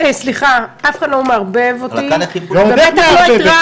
סליחה, אף אחד לא מערבב אותי, בטח לא את רם.